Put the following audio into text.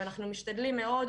"אנחנו משתדלים מאוד",